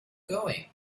going